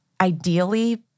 ideally